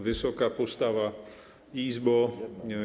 Wysoka pustawa Izbo!